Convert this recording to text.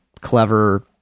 clever